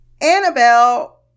Annabelle